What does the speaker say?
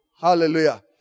Hallelujah